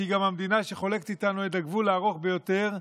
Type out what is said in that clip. שהיא גם המדינה שחולקת איתנו את הגבול הארוך ביותר,